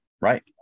right